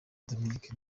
dominic